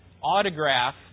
autograph